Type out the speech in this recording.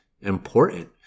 important